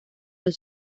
los